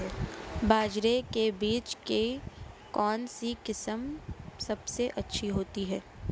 बाजरे के बीज की कौनसी किस्म सबसे अच्छी होती है?